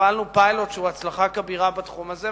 הפעלנו פיילוט שהוא הצלחה כבירה בתחום הזה,